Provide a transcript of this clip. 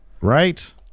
Right